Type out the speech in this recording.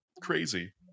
crazy